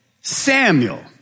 Samuel